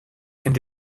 and